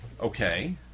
Okay